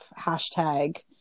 hashtag